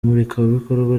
murikabikorwa